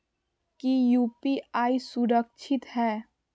की यू.पी.आई सुरक्षित है?